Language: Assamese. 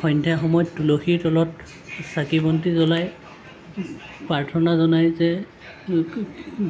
সন্ধিয়া সময়ত তুলসীৰ লগত চাকি বন্তি জলায় প্ৰাৰ্থনা জনায় যে